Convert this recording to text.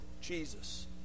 Jesus